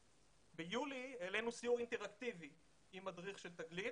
ביולי העלינו סיור אינטר-אקטיבי עם מדריך של תגלית,